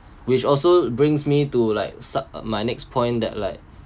which also brings me to like some my next point that like